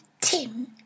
Tim